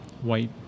white